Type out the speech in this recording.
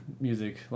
music